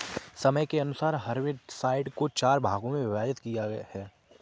समय के अनुसार हर्बिसाइड्स को चार भागों मे विभाजित किया है